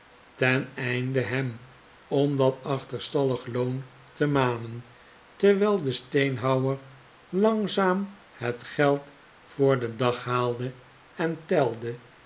ten einde hem om dat achterstallige loon te manen terwijl de steenhouwer langzaam het geld voor den dag haalde en telde